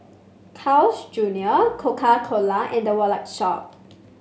Carl's Junior Coca Cola and The Wallet Shop